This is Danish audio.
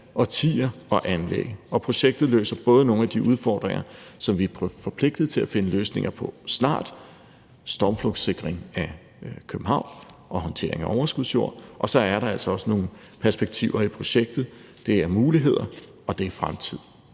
årtier at anlægge, og projektet løser både nogle af de udfordringer, som vi er forpligtede til at finde løsninger på snart, stormflodssikring af København og håndtering af overskudsjord, og så er der altså også nogle perspektiver i projektet. Det er muligheder, og det er fremtid